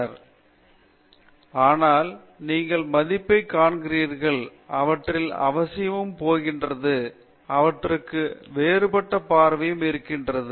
பேராசிரியர் பிரதாப் ஹரிதாஸ் ஆனால் நீங்கள் மதிப்பைக் காண்கிறீர்கள் அவற்றிற்கு அவசியமும் இருக்கிறது அவற்றுக்கு வேறுபட்ட பார்வையும் இருக்கிறது